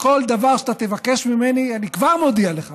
וכל דבר שאתה מבקש ממני, אני כבר מודיע לך